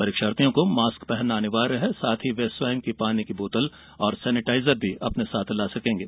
परीक्षार्थियों को मास्क पहनना अनिवार्य है साथ ही वे स्वयं की पानी की बोतल और सेनिटाइजर अपने साथ ला सकेंगे